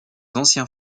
anciens